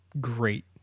great